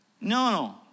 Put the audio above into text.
No